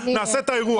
נעשה את האירוע?